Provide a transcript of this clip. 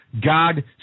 God